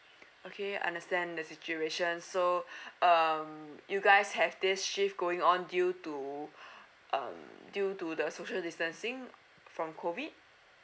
okay understand the situation so um you guys have this shift going on due to um due to the social distancing from COVID